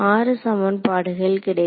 ஆறு சமன்பாடுகள் கிடைக்கும்